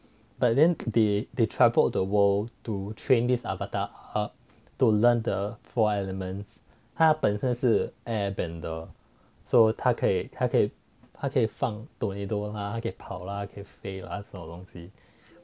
but then they they travelled the world to train these avatar to learn the four elements 他本身就是 airbender so 他可以放 tornado 可以跑可以飞什么东西